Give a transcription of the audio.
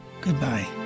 Goodbye